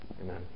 Amen